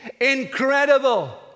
incredible